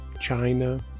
China